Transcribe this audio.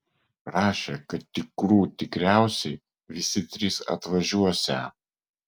rašė kad tikrų tikriausiai visi trys atvažiuosią